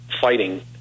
fighting